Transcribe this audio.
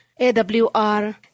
AWR